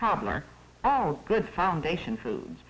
cobbler all good foundation foods